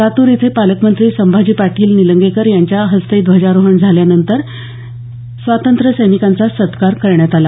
लातूर इथे पालकमंत्री संभाजी पाटील निलंगेकर यांच्या हस्ते ध्वजारोहण झाल्यानंतर त्यांच्या हस्ते स्वातंत्र्यसैनिकांचा सत्कार करण्यात आला